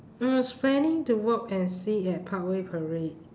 I was planning to walk and see at parkway parade